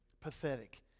pathetic